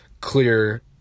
clear